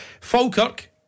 Falkirk